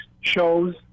shows